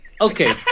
okay